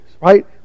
right